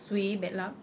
suay bad luck